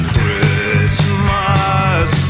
Christmas